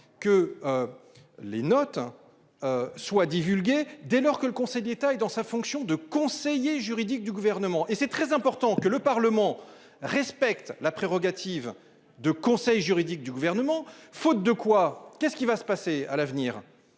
que. Les notes. Soient divulgués dès lors que le Conseil d'État et dans sa fonction de conseiller juridique du gouvernement et c'est très important que le Parlement, respecte la prérogative de conseil juridique du gouvernement, faute de quoi, qu'est-ce qui va se passer à l'avenir,